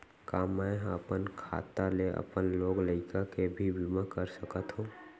का मैं ह अपन खाता ले अपन लोग लइका के भी बीमा कर सकत हो